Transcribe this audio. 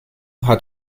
hat